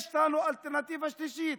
יש לנו אלטרנטיבה שלישית.